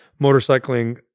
motorcycling